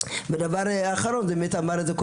הדבר האחרון אמר את זה,